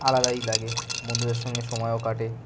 আলাদাই লাগে বন্ধুদের সঙ্গে সময়ও কাটে